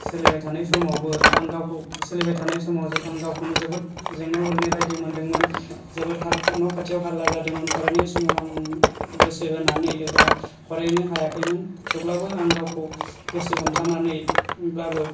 सोलिबाय थानाय समावबो आं गावखौ सोलिबाय थानाय समाव जो आं गावखौनो जोबोत जेंनायाव गोग्लैनाय बादि मोनदोंमोन जोबोत हाल्ला न' खाथियाव हाल्ला जादोंमोन फरायनाय समाव आं गोसो होनानै एबा फरायनो हायाखैमोन थेवब्लाबो आं गावखौ गोसो हमथानानैब्लाबो